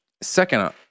Second